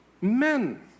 men